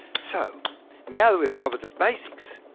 so now that we've covered the basics,